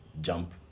jump